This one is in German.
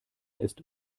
ist